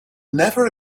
never